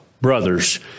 brothers